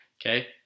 Okay